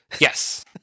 Yes